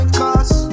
cause